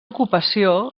ocupació